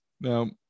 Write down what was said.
Now